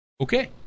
Okay